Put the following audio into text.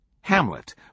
Hamlet